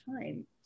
time